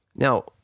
Now